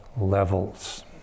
levels